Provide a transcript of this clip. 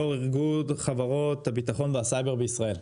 יו"ר ארגון החברות הביטחון והסייבר בישראל.